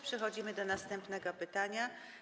Przechodzimy do następnego pytania.